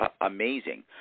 amazing